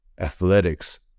athletics